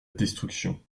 destruction